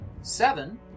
Seven